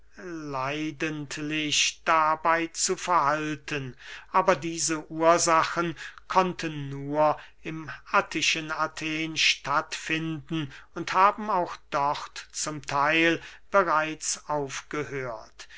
leidentlich dabey zu verhalten aber diese ursachen konnten nur im attischen athen statt finden und haben auch dort zum theil bereits aufgehört